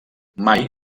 mai